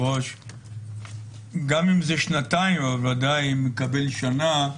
היושב-ראש, גם אם זה שנתיים, וודאי אם נקבל שנה,